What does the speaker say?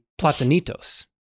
Platanitos